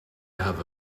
have